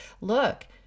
look